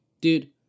Dude